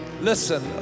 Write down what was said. listen